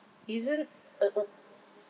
isn't uh